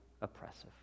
oppressive